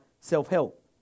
self-help